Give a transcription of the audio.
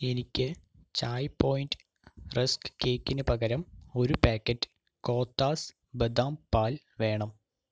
എനിക്ക് ചായ് പോയിൻറ്റ് റസ്ക് കേക്കിന് പകരം ഒരു പാക്കറ്റ് കോത്താസ് ബദാം പാൽ വേണം